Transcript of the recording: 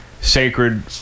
sacred